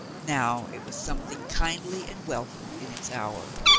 now, it was something kindly and welcome in its hour.